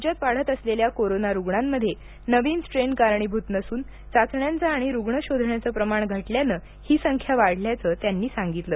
राज्यात वाढत असलेल्या कोरोना रुग्णांमध्ये नवीन स्ट्रेन कारणीभूत नसून चाचण्यांचं आणि रुग्ण शोधण्याचं प्रमाण घटल्यानं ही संख्या वाढल्याचं त्यांनी सांगितलं